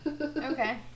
Okay